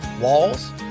walls